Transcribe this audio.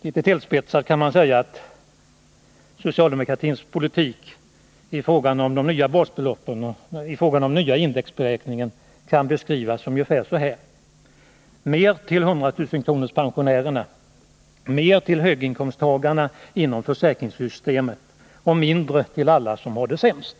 Litet tillspetsat kan man säga att socialdemokratins politik i fråga om de nya basbeloppen och den nya indexberäkningen kan beskrivas ungefär så här: Mer till hundratusenkronorspensionärerna, mer till höginkomsttagarna inom försäkringssystemet och mindre till dem som har det sämst.